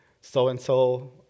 so-and-so